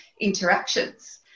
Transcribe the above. interactions